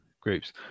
groups